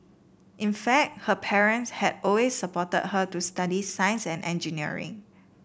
in fact her parents had always supported her to study science and engineering